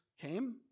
came